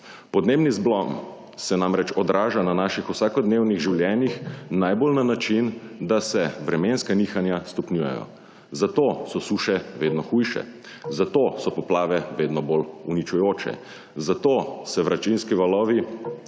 Podnebni zlom se namreč odraža na naših vsakodnevnih življenjih najbolj na način, da se vremenska nihanja stopnjujejo. Zato so suše vedno hujše, zato so poplave vedno bolj uničujoče, zato se vročinski valovi